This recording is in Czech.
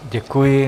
Děkuji.